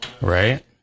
Right